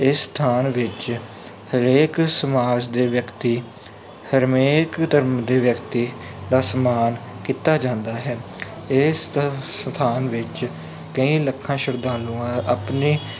ਇਸ ਸਥਾਨ ਵਿੱਚ ਹਰੇਕ ਸਮਾਜ ਦੇ ਵਿਅਕਤੀ ਹਰਮੇਕ ਧਰਮ ਦੇ ਵਿਅਕਤੀ ਦਾ ਸਮਾਨ ਕੀਤਾ ਜਾਂਦਾ ਹੈ ਇਸ ਥ ਸਥਾਨ ਵਿੱਚ ਕਈ ਲੱਖਾਂ ਸ਼ਰਧਾਲੂਆਂ ਆਪਣੇ